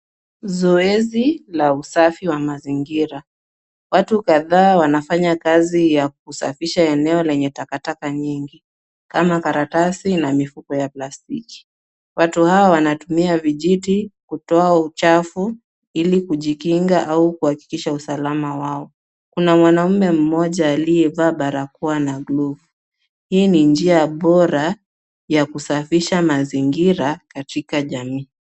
Zoezi la usafi wa mazingira. Watu kadhaa wanafanya kazi ya kusafisha eneo lenye takataka nyingi kama karatasi na mifuko ya plastiki. Watu hao wanatumia vijiti kutoa uchafu ili kujikinga au kuhakikisha usalama wao. Kuna mwanaume mmoja aliyevaa barakoa na glovu. Hii ni njia bora ya kusafisha mazingira katika jamii.